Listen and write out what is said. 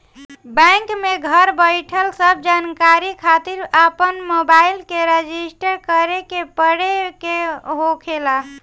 bank में घर बईठल सब जानकारी खातिर अपन मोबाईल के रजिस्टर करे के पड़े के होखेला